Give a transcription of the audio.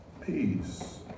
Peace